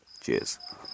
Cheers